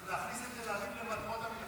להכניס את זה תל אביב למטרות המלחמה.